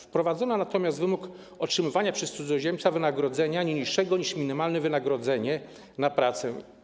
Wprowadzono natomiast wymóg otrzymywania przez cudzoziemca wynagrodzenia nie niższego niż minimalne wynagrodzenie za pracę.